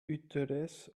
uttereth